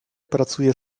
pracuje